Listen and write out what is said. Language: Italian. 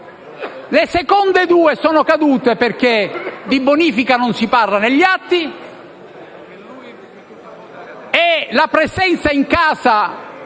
Le seconde due sono cadute perché di bonifica non si parla negli atti e perché dal